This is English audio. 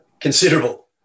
considerable